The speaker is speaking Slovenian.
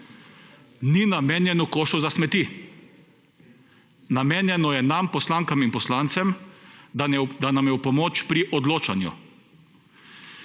ni namenjeno košu za smeti. Namenjeno je nam, poslankam in poslancem, da nam je v pomoč pri odločanju.